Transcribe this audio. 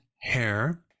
hair